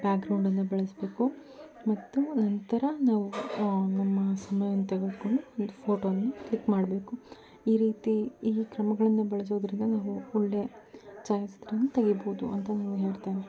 ಬ್ಯಾಗ್ರೌಂಡನ್ನು ಬಳಸಬೇಕು ಮತ್ತು ನಂತರ ನಾವು ನಮ್ಮ ಸಮಯವನ್ನು ತೆಗೆದುಕೊಂಡು ಒಂದು ಫೋಟೋವನ್ನು ಕ್ಲಿಕ್ ಮಾಡಬೇಕು ಈ ರೀತಿ ಈ ಕ್ರಮಗಳನ್ನು ಬಳಸೋದರಿಂದ ನಾವು ಒಳ್ಳೆಯ ಛಾಯಾಚಿತ್ರವನ್ನು ತೆಗಿಬೋದು ಅಂತ ನಾನು ಹೇಳ್ತೇನೆ